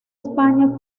españa